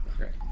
Okay